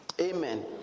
Amen